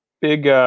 big